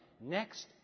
next